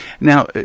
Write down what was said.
Now